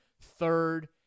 third